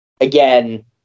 again –